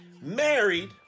married